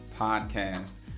podcast